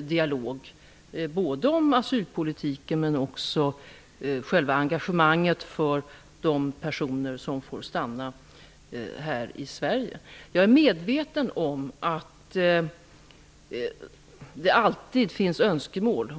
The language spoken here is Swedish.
dialog både om asylpolitiken och om själva engagemanget för de personer som får stanna här i Jag är medveten om att det alltid finns önskemål.